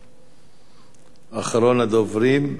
גנאים, אחרון הדוברים, ואחר כך ישיב